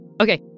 Okay